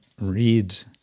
read